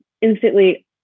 instantly